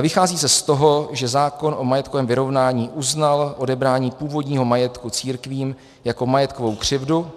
Vychází se z toho, že zákon o majetkovém vyrovnání uznal odebrání původního majetku církvím jako majetkovou křivdu